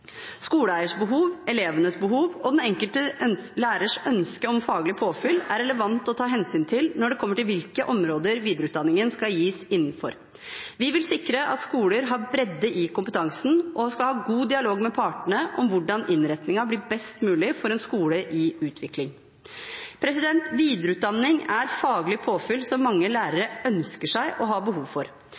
elevenes behov og den enkelte lærers ønske om faglig påfyll er relevant å ta hensyn til når det gjelder hvilke områder videreutdanningen skal gis innenfor. Vi vil sikre at skoler har bredde i kompetansen, og vi skal ha god dialog med partene om hvordan innretningen blir best mulig for en skole i utvikling. Videreutdanning er faglig påfyll som mange lærere ønsker seg og har behov for.